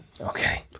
Okay